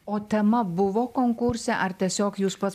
o tema buvo konkurse ar tiesiog jūs pats